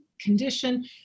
condition